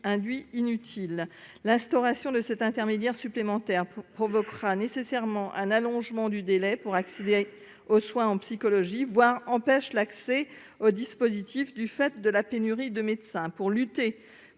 induit inutile l'instauration de cet intermédiaire supplémentaire pour provoquera nécessairement un allongement du délai pour accéder aux soins en psychologie voire empêchent l'accès au dispositif du fait de la pénurie de médecins pour lutter